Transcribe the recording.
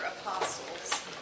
apostles